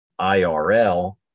IRL